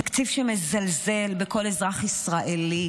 תקציב שמזלזל בכל אזרח ישראלי.